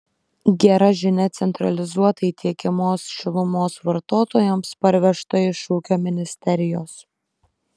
gera žinia centralizuotai tiekiamos šilumos vartotojams parvežta iš ūkio ministerijos